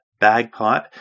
bagpipe